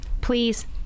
Please